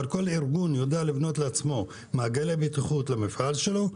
אבל כל ארגון יודע לבנות לעצמו מעגלי בטיחות במפעל שלו.